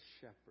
shepherd